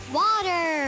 water